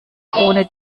ohne